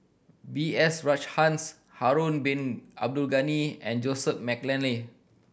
B S Rajhans Harun Bin Abdul Ghani and Joseph McNally